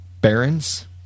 Barons